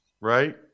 right